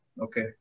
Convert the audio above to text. Okay